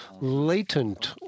latent